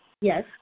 Yes